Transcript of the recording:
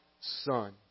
Son